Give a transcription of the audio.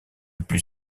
plus